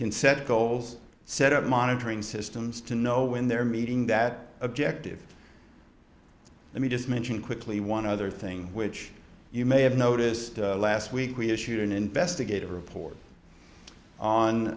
can set goals set up monitoring systems to know when they're meeting that objective let me just mention quickly one other thing which you may have noticed last week we issued an investigative report